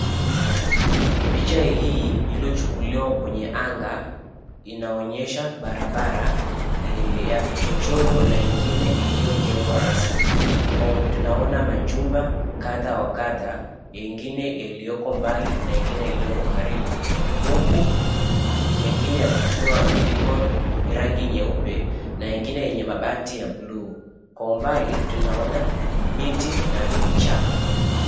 Picha hii iliyochukuliwa kwenye anga inaonyesha barabara ya vichochoro na ingine iliyojengwa rasmi. Tunaona majumba kadha wa kadha yengine yaliyoko mbali na ingine ilioko karibu huku mengine yakiwa yamepigwa rangi nyeupe na ingine yenye mabati ya buluu. Kwa umbali tunaona miti na vichaka.